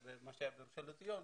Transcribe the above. מה שהיה בראשון לציון,